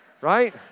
Right